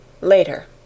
Later